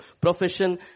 profession